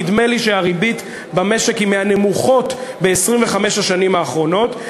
נדמה לי שהריבית במשק היא מהנמוכות ב-25 השנים האחרונות.